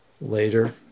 later